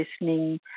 listening